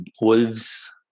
wolves